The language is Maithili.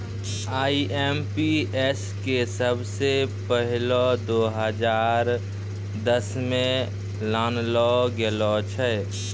आई.एम.पी.एस के सबसे पहिलै दो हजार दसमे लानलो गेलो छेलै